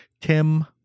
Tim